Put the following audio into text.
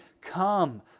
come